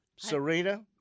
Serena